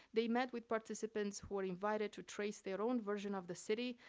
they met with participants who were invited to trace their own version of the city,